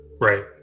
right